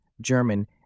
German